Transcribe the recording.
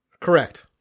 Correct